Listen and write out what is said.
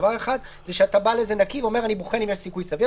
דבר אחד הוא שאתה בא לזה נקי ואומר: אני בוחן אם יש סיכוי סביר,